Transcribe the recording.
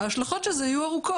ההשלכות של זה יהיו ארוכות,